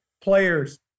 players